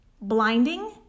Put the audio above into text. blinding